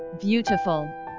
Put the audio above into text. Beautiful